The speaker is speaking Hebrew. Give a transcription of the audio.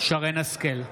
שרן מרים השכל,